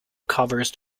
covers